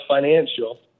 Financial